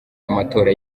amatora